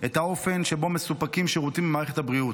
את האופן שבו מסופקים שירותים במערכת הבריאות.